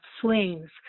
swings